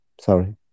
Sorry